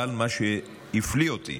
אבל מה שהפליא אותי,